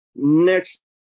Next